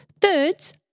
thirds